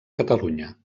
catalunya